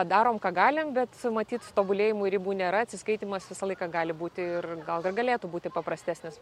darom ką galim bet matyt tobulėjimui ribų nėra atsiskaitymas visą laiką gali būti ir gal ir galėtų būti paprastesnis